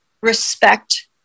respect